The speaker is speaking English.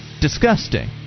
disgusting